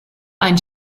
ein